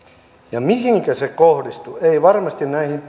ja mihinkä se kohdistui ei varmasti näihin